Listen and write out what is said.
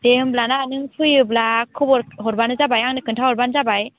दे होमब्ला ना नों फैयोब्ला खबर हरब्लानो जाबाय आंनो खोन्थाहरबानो जाबाय